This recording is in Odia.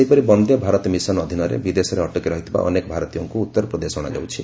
ସେହିପରି ବନ୍ଦେ ଭାରତ ମିଶନ ଅଧୀନରେ ବିଦେଶରେ ଅଟକି ରହିଥିବା ଅନେକ ଭାରତୀୟଙ୍କୁ ଉତ୍ତରପ୍ରଦେଶ ଅଣାଯାଉଛି